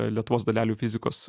lietuvos dalelių fizikos